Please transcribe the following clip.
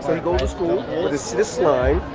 he goes to school with his slime,